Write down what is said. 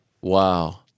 Wow